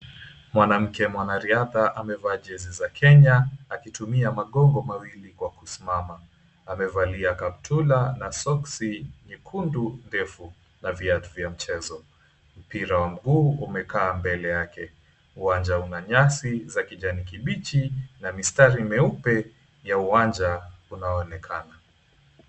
Mwanamke mwanariadha amevaa jezi za Kenya akitumia magongo mawili kwa kusimama ,amevalia kaptula na soksi nyekundu ndefu na viatu vya mchezo, mpira wa miguu umekaa mbele yake .Uwanja una nyasi za kijani kibichi na mistari meupe ya uwanja unaonekana.